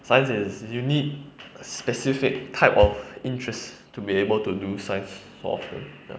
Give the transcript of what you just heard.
science is you need specific type of interest to be able to do science so often